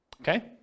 Okay